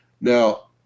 now